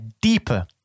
deeper